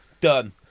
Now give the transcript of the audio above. Done